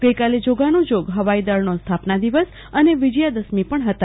ગઈકાલે જોગાનુજોગ હવાઈદળનો સ્થાપના દવસ અને વિજયાદશમી પણ હતા